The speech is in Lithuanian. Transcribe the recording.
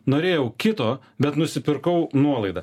norėjau kito bet nusipirkau nuolaidą